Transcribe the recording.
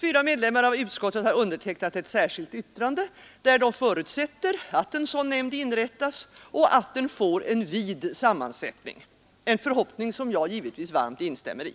Fyra medlemmar av utskottet har undertecknat ett särskilt yttrande, där de förutsätter att en sådan nämnd inrättas och att den får en vid sammansättning, en förhoppning som jag givetvis varmt instämmer i.